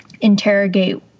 interrogate